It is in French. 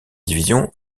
division